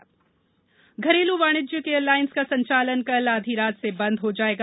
विमान संचालन घरेलू वाणिज्यिक एयरलाइन्स का संचालन कल आधी रात से बंद हो जाएगा